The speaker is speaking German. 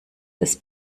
des